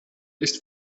ist